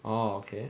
orh okay